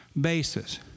basis